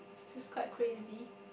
this's quite crazy